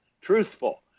truthful